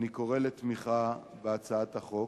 אני קורא לתמיכה בהצעת החוק,